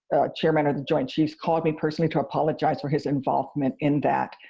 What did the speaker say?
chairman of the joint chiefs, called me personally to apologize for his involvement in that.